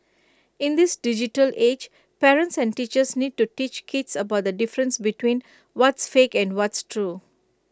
in this digital age parents and teachers need to teach kids about the difference between what's fake and what's true